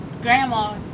grandma